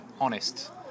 honest